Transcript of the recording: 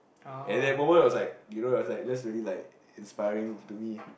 at that point I was like you know like that really like inspiring to me